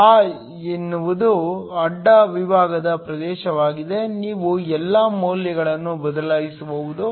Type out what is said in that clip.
A ಎನ್ನುವುದು ಅಡ್ಡ ವಿಭಾಗದ ಪ್ರದೇಶವಾಗಿದೆ ನೀವು ಎಲ್ಲಾ ಮೌಲ್ಯಗಳನ್ನು ಬದಲಿಸಬಹುದು